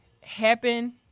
happen